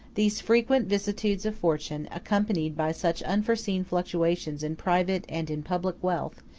these frequent vicissitudes of fortune, accompanied by such unforeseen fluctuations in private and in public wealth,